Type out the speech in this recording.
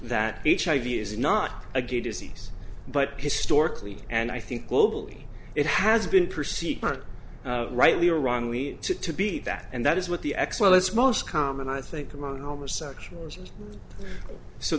that hiv is not a gay disease but historically and i think globally it has been perceived rightly or wrongly to be that and that is what the x well it's most common i think among homosexuals so